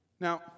Now